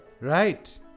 Right